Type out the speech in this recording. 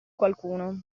qualcuno